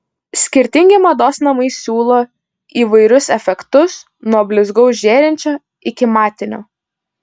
skirtingi mados namai siūlo įvairius efektus nuo blizgaus žėrinčio iki matinio